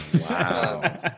Wow